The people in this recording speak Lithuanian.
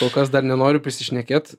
kol kas dar nenoriu prisišnekėt